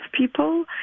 people